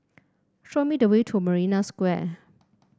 show me the way to Marina Square